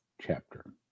chapter